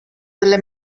delle